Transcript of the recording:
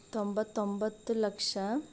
ತೊಂಬತ್ತೊಂಬತ್ತು ಲಕ್ಷ